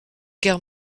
guerre